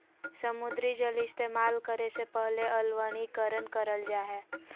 समुद्री जल इस्तेमाल करे से पहले अलवणीकरण करल जा हय